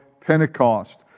Pentecost